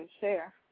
share